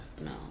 No